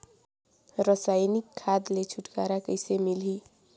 रसायनिक खाद ले छुटकारा कइसे मिलही?